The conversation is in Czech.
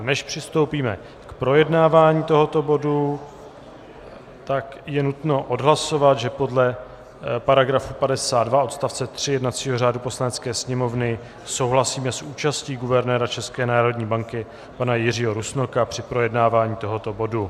Než přistoupíme k projednávání tohoto bodu, je nutno odhlasovat, že podle § 52 odst. 3 jednacího řádu Poslanecké sněmovny souhlasíme s účastí guvernéra České národní banky pana Jiřího Rusnoka při projednávání tohoto bodu.